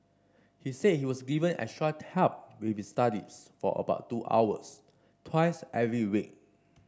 he said he was given extra help with his studies for about two hours twice every week